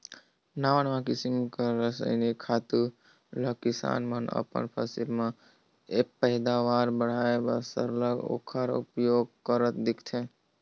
नावा नावा किसिम कर रसइनिक खातू ल किसान मन अपन फसिल कर पएदावार बढ़ाए बर सरलग ओकर उपियोग करत दिखथें